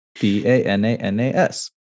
B-A-N-A-N-A-S